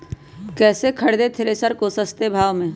कैसे खरीदे थ्रेसर को सस्ते भाव में?